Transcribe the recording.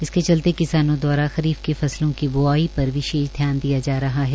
इसके चलते प्रदेश के किसानों द्वारा खरीफ की फसलों की ब्आई पर विशेष ध्यान दिया जा रहा है